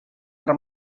tra